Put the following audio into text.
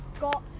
got